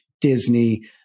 Disney